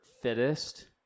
fittest